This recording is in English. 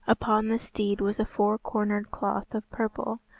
upon the steed was a four-cornered cloth of purple,